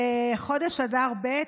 חודש אדר ב'